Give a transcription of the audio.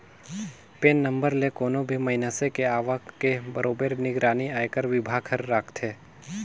PAN number ले कोनो भी मइनसे के आवक के बरोबर निगरानी आयकर विभाग हर राखथे